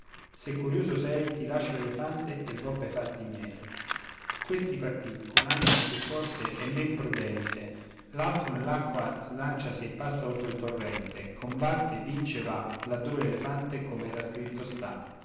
se curïoso sei ti lascio l'elefante e vo pei fatti miei questi partì con animo più forte e men prudente l'altro nell'acqua slanciasi e passa oltre il torrente combatte vince va là dove l'elefante com'era scritto sta